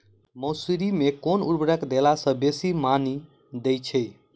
मसूरी मे केँ उर्वरक देला सऽ बेसी मॉनी दइ छै?